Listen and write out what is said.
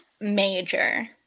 major